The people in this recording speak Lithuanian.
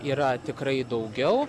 yra tikrai daugiau